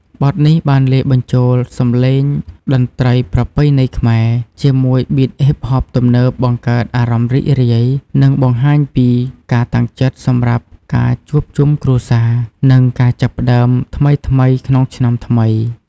បទនេះបានលាយបញ្ចូល សម្លេងតន្ត្រីប្រពៃណីខ្មែរ ជាមួយប៊ីតហ៊ីបហបទំនើបបង្កើតអារម្មណ៍រីករាយ និងបង្ហាញពីការតាំងចិត្តសម្រាប់ការជួបជុំគ្រួសារ និងការចាប់ផ្តើមថ្មីៗក្នុងឆ្នាំថ្មី។